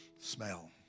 smell